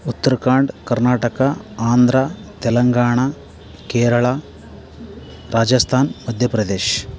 Uttarakhand Karnataka Andhra Telangana Kerala Rajasthan Madhya Pradesh